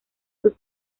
sus